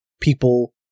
People